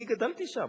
אני גדלתי שם